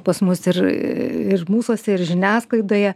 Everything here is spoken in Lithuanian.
pas mus ir ir mūsuose ir žiniasklaidoje